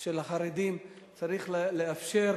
של החרדים, צריך לאפשר